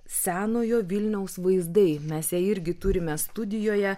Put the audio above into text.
senojo vilniaus vaizdai mes ją irgi turime studijoje